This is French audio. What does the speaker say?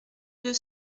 deux